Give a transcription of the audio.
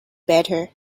better